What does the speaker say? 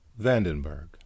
Vandenberg